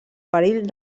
perill